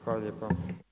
Hvala lijepa.